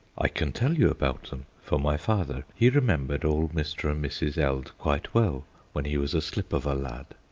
i can tell you about them, for my father he remembered old mr. and mrs. eld quite well when he was a slip of a lad.